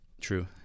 true